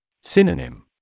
Synonym